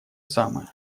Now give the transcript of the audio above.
самое